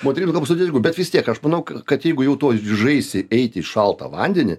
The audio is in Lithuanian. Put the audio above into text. moterim tom sudėtingiau bet vis tiek aš manau kad jeigu jau tuoj ryžaisi eiti į šaltą vandenį